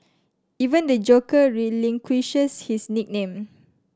even the Joker relinquishes his nickname